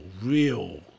real